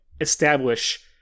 establish